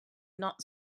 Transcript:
not